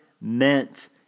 meant